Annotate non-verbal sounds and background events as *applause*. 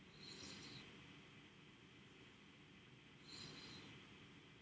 *breath*